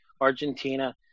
Argentina